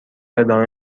ادامه